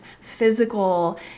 physical